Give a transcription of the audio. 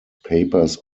papers